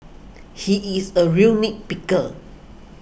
he is a real nit picker